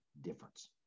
difference